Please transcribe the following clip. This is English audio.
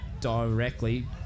directly